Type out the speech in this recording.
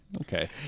okay